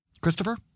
Christopher